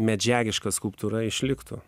medžiagiška skulptūra išliktų